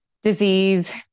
disease